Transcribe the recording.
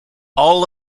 all